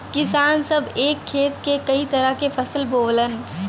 किसान सभ एक खेत में कई तरह के फसल बोवलन